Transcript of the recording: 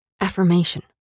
Affirmation